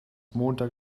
montag